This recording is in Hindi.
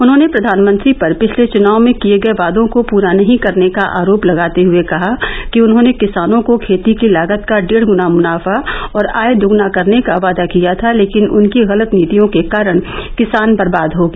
उन्होंने प्रधानमंत्री पर पिछले चुनाव में किए वादों को पूरा नहीं करने का आरोप लगाते हुए कहा कि उन्होंने किसानों को खेती की लागत का डेढ़ गुना मुनाफा और आय दोगुना करने का वादा किया था लेकिन उनकी गलत नीतियों के कारण किसान बर्बाद हो गया